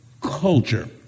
culture